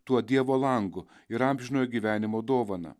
tuo dievo langu ir amžinojo gyvenimo dovana